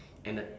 and the